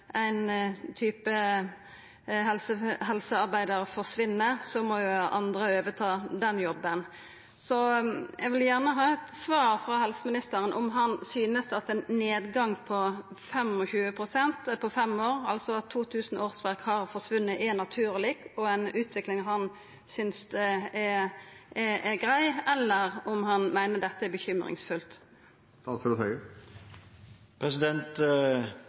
ein type helsearbeidarar forsvinn, må andre overta den jobben. Så eg vil gjerne ha eit svar frå helseministeren, om han synest at ein nedgang på 24 pst. på fem år, altså at 2 000 årsverk har forsvunne, er naturleg og ei utvikling han synest er grei, eller om han meiner dette er bekymringsfullt.